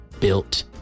built